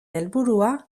helburua